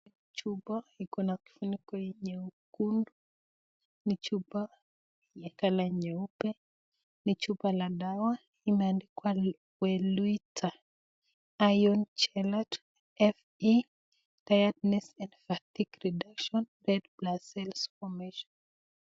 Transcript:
Chupa iko na kifuniko nyekundu ni chupa ya colour nyeupe, ni chupa la dawa limeandikwa Weluita iron Chelate, Fe tiredness and fatigue reduction, red blood cells formation .